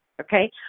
Okay